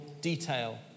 detail